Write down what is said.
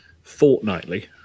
fortnightly